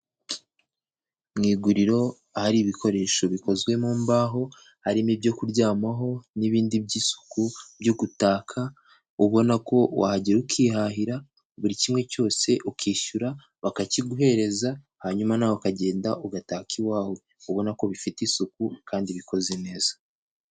Mu iguriro ahari ibikoresho bikozwe mu mbaho, harimo ibyo kuryamaho n'ibindi by'isuku byo gutaka, ubona ko wahagera ukihahira buri kimwe cyose, ukishyura bakakiguhereza, hanyuma nawe ukagenda ugataka iwawe. Ubona ko bifite isuku kandi bikoze neza.